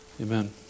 Amen